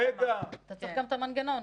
גדי, אתה צריך גם את המנגנון.